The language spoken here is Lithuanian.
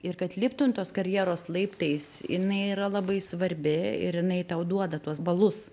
ir kad liptum tos karjeros laiptais jinai yra labai svarbi ir jinai tau duoda tuos balus